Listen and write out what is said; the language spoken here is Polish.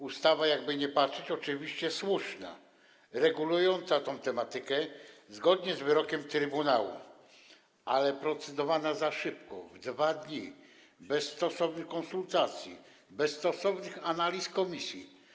Ustawa, jakkolwiek by patrzeć, jest oczywiście słuszna, reguluje tę tematykę zgodnie z wyrokiem trybunału, ale jest procedowana za szybko, w 2 dni, bez stosownych konsultacji, bez stosownych analiz komisji.